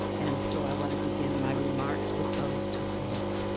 and so i want to begin my remarks with those two things.